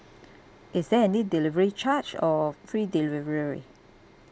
is there any delivery charge or free delivery